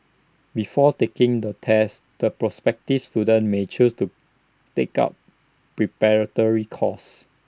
before taking the test the prospective students may choose to take up preparatory course